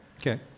Okay